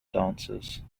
dancers